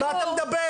על מה אתה מדבר?